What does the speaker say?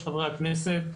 חברי הכנסת,